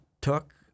took